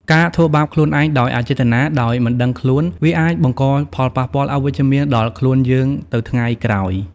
ការធ្វើបាបខ្លួនឯងដោយអចេតនា ដោយមិនដឹងខ្លួន វាអាចបង្កផលប៉ះពាល់អវិជ្ជមានដល់ខ្លួនយើងទៅថ្ងៃក្រោយ។